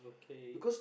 K